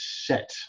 set